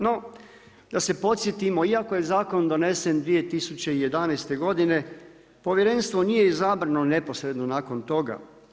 No, da se podsjetimo iako je zakon donesen 2011. godine povjerenstvo nije izabrano neposredno nakon toga.